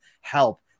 help